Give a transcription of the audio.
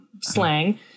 slang